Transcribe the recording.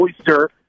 oyster